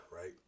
right